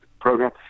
program